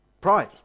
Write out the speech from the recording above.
Pride